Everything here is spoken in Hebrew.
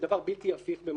שהוא דבר בלתי הפיך במהותו.